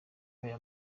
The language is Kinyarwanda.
aya